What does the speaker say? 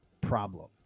problem